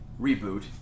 reboot